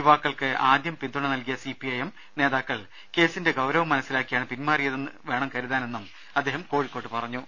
യുവാക്കൾക്ക് ആദ്യം പിന്തുണ നൽകിയ സിപിഐഎം നേതാക്കൾ കേസിന്റെ ഗൌരവം മനസ്സിലാക്കിയാണ് പിന്മാറിയതെന്ന് വേണം കരുതാനെന്നും അദ്ദേഹം കോഴിക്കോട് പറഞ്ഞു